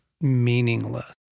meaningless